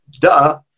Duh